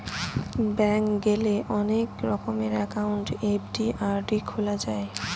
bank গেলে অনেক রকমের একাউন্ট এফ.ডি, আর.ডি খোলা যায়